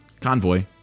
convoy